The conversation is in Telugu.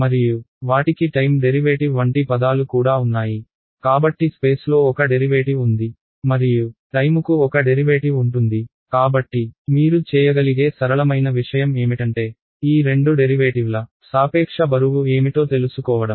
మరియు వాటికి టైమ్ డెరివేటివ్ వంటి పదాలు కూడా ఉన్నాయి కాబట్టి స్పేస్లో ఒక డెరివేటివ్ ఉంది మరియు టైముకు ఒక డెరివేటివ్ ఉంటుంది కాబట్టి మీరు చేయగలిగే సరళమైన విషయం ఏమిటంటే ఈ రెండు డెరివేటివ్ల సాపేక్ష బరువు ఏమిటో తెలుసుకోవడం